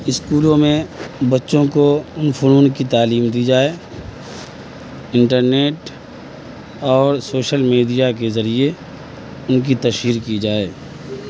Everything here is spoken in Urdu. اسکولوں میں بچوں کو ان فنون کی تعلیم دی جائے انٹرنیٹ اور سوشل میڈیا کے ذریعے ان کی تشہیر کی جائے